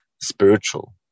spiritual